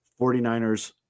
49ers